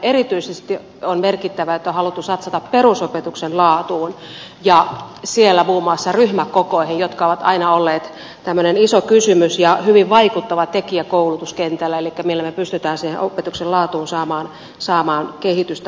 erityisesti on merkittävää että on haluttu satsata perusopetuksen laatuun ja siellä muun muassa ryhmäkokoihin jotka ovat aina olleet tämmöinen iso kysymys ja hyvin vaikuttava tekijä koulutuskentällä millä me pystymme siihen opetuksen laatuun saamaan kehitystä huomattavasti